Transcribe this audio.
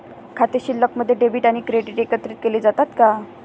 खाते शिल्लकमध्ये डेबिट आणि क्रेडिट एकत्रित केले जातात का?